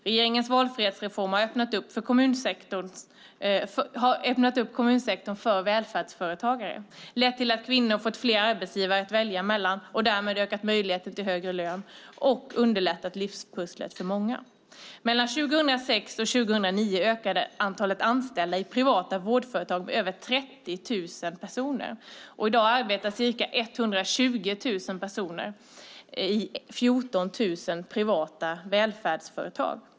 Regeringens valfrihetsreformer har öppnat upp kommunsektorn för välfärdsföretagare, lett till att kvinnor fått fler arbetsgivare att välja bland och därmed möjlighet till högre lön, och underlättat livspusslet för många. Mellan 2006 och 2009 ökade antalet anställda i privata vårdföretag med över 30 000 personer, och i dag arbetar ca 120 000 personer i 14 000 privata välfärdsföretag.